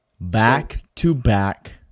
Back-to-back